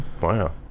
wow